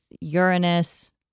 Uranus